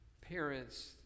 parents